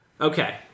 Okay